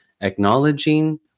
acknowledging